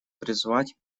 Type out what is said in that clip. призвать